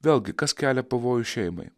vėlgi kas kelia pavojų šeimai